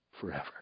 forever